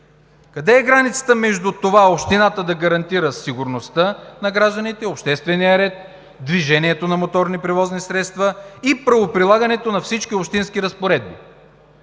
Къде е границата между това общината да гарантира сигурността на гражданите, обществения ред, движението на моторни превозни средства и правоприлагането на всички общински разпоредби?